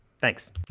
Thanks